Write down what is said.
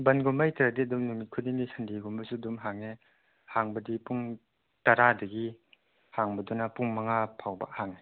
ꯕꯟꯒꯨꯝꯕ ꯂꯩꯇ꯭ꯔꯗꯤ ꯑꯗꯨꯝ ꯅꯨꯃꯤꯠ ꯈꯨꯗꯤꯡꯒꯤ ꯁꯟꯗꯦꯒꯨꯝꯕꯁꯨ ꯑꯗꯨꯝ ꯍꯥꯡꯉꯦ ꯍꯥꯡꯕꯗꯤ ꯄꯨꯡ ꯇꯔꯥꯗꯒꯤ ꯍꯥꯡꯕꯗꯨꯅ ꯄꯨꯡ ꯃꯉꯥ ꯐꯥꯎꯕ ꯍꯥꯡꯉꯦ